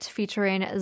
Featuring